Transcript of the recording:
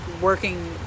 working